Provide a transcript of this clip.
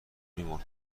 میمرد